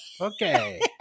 Okay